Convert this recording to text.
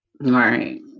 Right